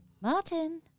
Martin